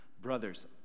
Brothers